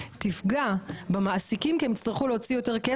תפגע במעסיקיהם כי הם יצטרכו להוציא יותר כסף,